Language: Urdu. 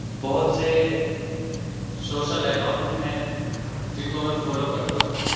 بہت سے شوشل اکاؤنٹ ہیں جن کو میں فالو کرتا ہوں